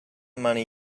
money